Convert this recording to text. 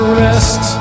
rest